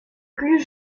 plus